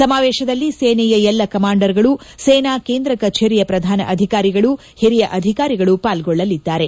ಸಮಾವೇಶದಲ್ಲಿ ಸೇನೆಯ ಎಲ್ಲ ಕಮಾಂಡರ್ಗಳು ಸೇನಾ ಕೇಂದ್ರ ಕಚೇರಿಯ ಪ್ರಧಾನ ಅಧಿಕಾರಿಗಳು ಹಿರಿಯ ಅಧಿಕಾರಿಗಳು ಪಾಲ್ಗೊಳ್ಳಲಿದ್ದಾರೆ